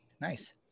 Nice